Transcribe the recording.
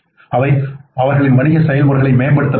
அவை அவர்களின் வணிக செயல்முறைகளை மேம்படுத்தப் போகின்றன